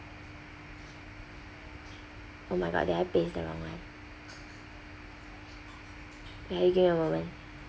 oh my god did I paste the wrong one can you give me a moment